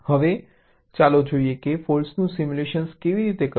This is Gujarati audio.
હવે ચાલો જોઈએ કે ફોલ્ટ્સનું સિમ્યુલેટ કેવી રીતે કરવું